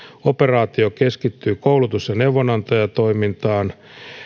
operaatio keskittyy koulutus ja neuvonantajatoimintaan